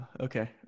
okay